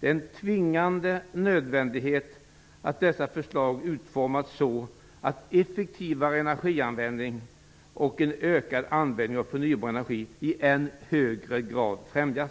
Det är en tvingande nödvändighet att dessa förslag utformas så att effektivare energianvändning och en ökad användning av förnybar energi i än högre grad främjas.